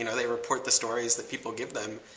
you know they report the stories that people give them.